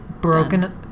Broken